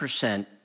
percent